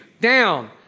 down